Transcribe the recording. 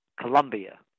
Colombia